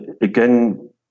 again